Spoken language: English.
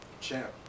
Champ